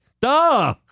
Duh